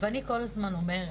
ואני כל הזמן אומרת,